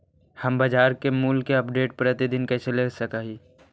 हम बाजार मूल्य के अपडेट, प्रतिदिन कैसे ले सक हिय?